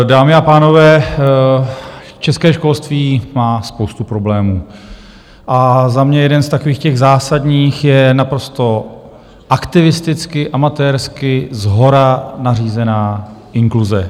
Dámy a pánové, české školství má spoustu problémů a za mě jeden z takových zásadních je naprosto aktivisticky, amatérsky, shora nařízená inkluze.